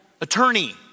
Attorney